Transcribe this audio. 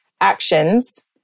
actions